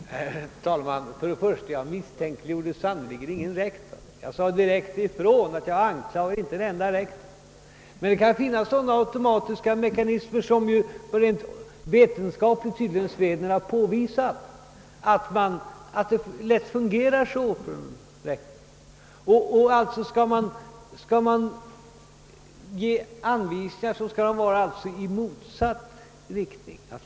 Herr talman! Först och främst vill jag säga att jag misstänkliggjorde sannerligen ingen rektor. Jag anklagar inte en enda rektor. Men det kan finnas sådana automatiska mekanismer, vilket vetenskapen tydligt har påvisat, att det lätt fungerar så som jag nämnde för en skolledning. Skall man ge anvisningar, skall de alltså gå i motsatt riktning.